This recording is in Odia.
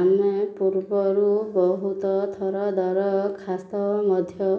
ଆମେ ପୂର୍ବରୁ ବହୁତ ଥର ଦରଖାସ୍ତ ମଧ୍ୟ